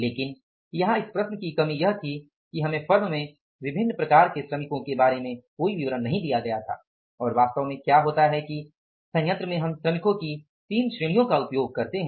लेकिन यहां इस प्रश्न की कमी यह थी कि हमें फर्म में विभिन्न प्रकार के श्रमिकों के बारे में कोई विवरण नहीं दिया गया था और वास्तव में क्या होता है कि सयंत्र में हम श्रमिकों की तीन श्रेणियों का उपयोग करते हैं